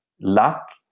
luck